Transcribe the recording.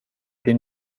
den